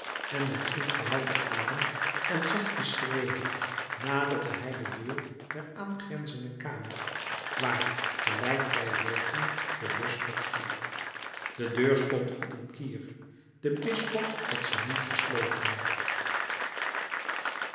en met ingehouden adem en zachte schreden naderde hij de deur der aangrenzende kamer waar gelijk wij weten de bisschop sliep de deur stond op een kier de bisschop had ze niet gesloten